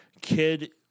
kid